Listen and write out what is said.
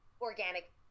organic